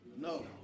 No